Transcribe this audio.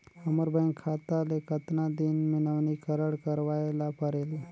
हमर बैंक खाता ले कतना दिन मे नवीनीकरण करवाय ला परेल?